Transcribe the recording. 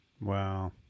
Wow